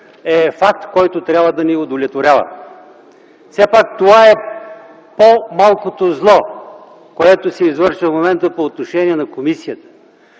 е факт, който трябва да ни удовлетворява. Все пак това е по-малкото зло, което се извършва в момента по отношение на комисията.